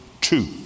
two